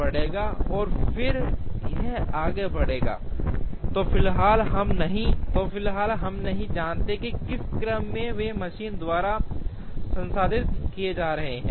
तो फिलहाल हम नहीं पता है कि अगर हम इस विशेष मशीन पर इन दो कार्यो पर विचार करते हैं तो हम नहीं जानते किस क्रम में वे मशीन द्वारा संसाधित किए जा रहे हैं